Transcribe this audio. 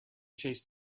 chased